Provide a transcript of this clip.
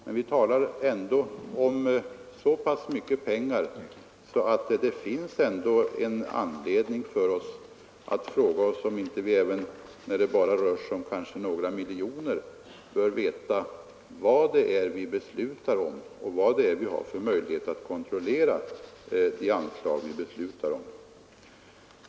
Men vi talar ändå om så pass mycket pengar att det finns anledning för oss att veta vad vi fattar beslut om och vilka möjligheter vi har att kontrollera de anslag som vi beslutar.